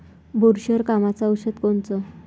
बुरशीवर कामाचं औषध कोनचं?